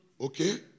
Okay